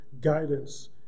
guidance